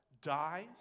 dies